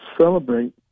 celebrate